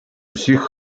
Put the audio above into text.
усіх